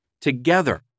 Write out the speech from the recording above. Together